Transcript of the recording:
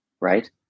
right